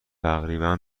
تقریبا